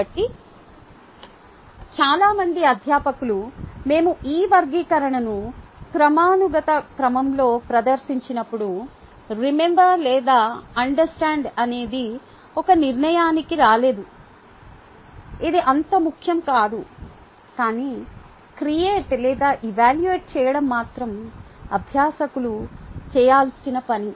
కాబట్టి చాలా మంది అధ్యాపకులు మేము ఈ వర్గీకరణను క్రమానుగత క్రమంలో ప్రదర్శించినప్పుడు రిమెంబర్ లేదా అండర్స్టాండ్ అనేది ఒక నిర్ణయానికి రాలేదు ఇది అంత ముఖ్యం కాదు కానీ క్రియేట్ లేదా ఎవాల్యూట చేయడం మాత్రమే అభ్యాసకులు చేయాల్సిన పని